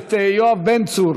הכנסת יואב בן צור,